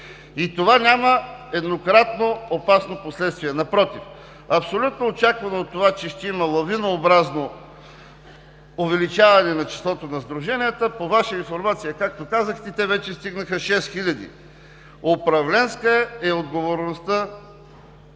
И това няма еднократно опасно последствие, напротив. Абсолютно очаквано е това, че ще има вълнообразно увеличаване на числото на сдруженията. По Ваша информация, както казахте, те вече стигнаха шест хиляди. Управленска е отговорността